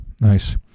Nice